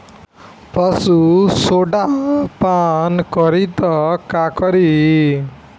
पशु सोडा पान करी त का करी?